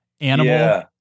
animal